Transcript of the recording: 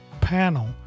panel